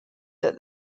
that